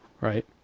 Right